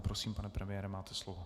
Prosím, pane premiére, máte slovo.